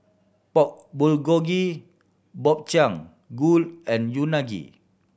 Pork Bulgogi Gobchang Gui and Unagi